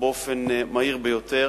באופן מהיר ביותר